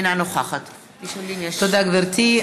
אינה נוכחת תודה, גברתי.